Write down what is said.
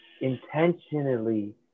intentionally